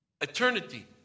eternity